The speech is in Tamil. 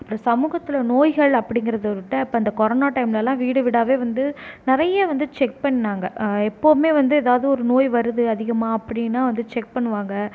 அப்புறம் சமூகத்தில் நோய்கள் அப்படிங்கிறது இப்போ இந்த கொரோனா டைம்லலாம் வீடுவீடாகவே வந்து நிறைய வந்து செக் பண்ணாங்க எப்போவுமே வந்து எதாவது ஒரு நோய் வருது அதிகமாக அப்படின்னா வந்து செக் பண்ணுவாங்க